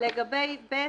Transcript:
לגבי (ב),